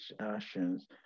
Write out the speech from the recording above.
actions